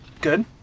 Good